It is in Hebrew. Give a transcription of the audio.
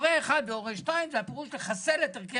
"הורה 1" ו"הורה 2" פירושו לחסל את ערכי